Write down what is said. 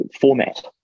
format